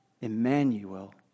Emmanuel